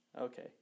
Okay